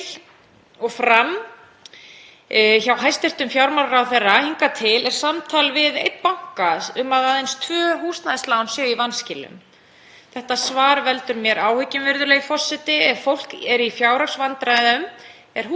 Þetta svar veldur mér áhyggjum, virðulegi forseti. Ef fólk er í fjárhagsvandræðum er húsnæðislánið það síðasta sem þú hættir að borga. Ef þetta er mælikvarði á hvenær grípa eigi inn í, gamlar tölur um fólk sem er að missa húsin sín, þá er eitthvað að.